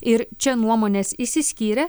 ir čia nuomonės išsiskyrė